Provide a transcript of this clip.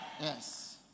Yes